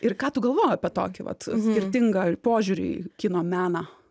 ir ką tu galvoji apie tokį vat skirtingą požiūrį į kino meną